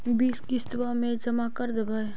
बिस किस्तवा मे जमा कर देवै?